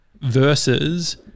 versus